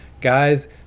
guys